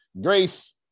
Grace